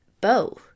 bow